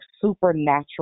supernatural